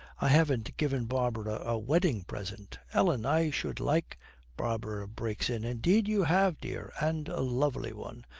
i haven't given barbara a wedding present, ellen, i should like barbara breaks in, indeed you have, dear, and a lovely one.